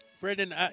Brendan